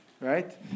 right